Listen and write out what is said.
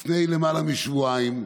לפני למעלה משבועיים,